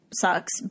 sucks